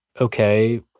okay